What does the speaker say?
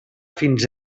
fins